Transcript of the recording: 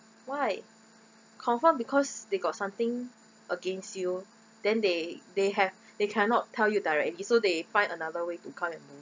why confirm because they got something against you then they they have they cannot tell you directly so they find another way to call it